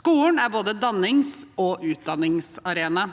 Skolen er både dannings- og utdanningsarena.